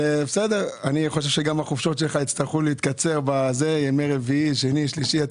אני חושב שגם החופשות שלך יצטרכו להתקצר כי נעבוד כפי שצריך.